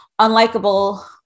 unlikable